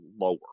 lower